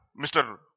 Mr